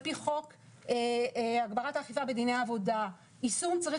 על פי חוק הגברת האכיפה בדיני עבודה עיצום צריך